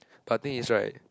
but I think is right